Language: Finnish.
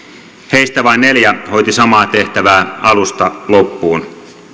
heistä vain neljä hoiti samaa tehtävää alusta loppuun